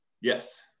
Yes